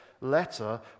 letter